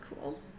cool